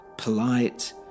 polite